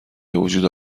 بوجود